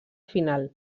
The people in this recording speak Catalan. final